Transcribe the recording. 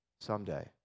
someday